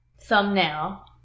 thumbnail